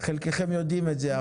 חלקכם יודעים את זה,